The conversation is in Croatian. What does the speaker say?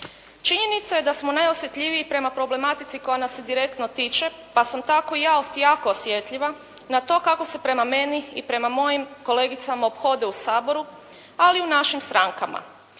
Činjenica je da smo najosjetljiviji prema problematici koja nas se direktno tiče pa sam tako ja jako osjetljiva na to kako se prema meni i prema mojim kolegicama ophode u Saboru ali i u našim strankama.